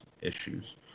issues